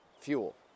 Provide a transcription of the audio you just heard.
fuel